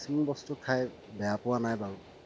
কিছুমান বস্তু খাই বেয়া পোৱা নাই বাৰু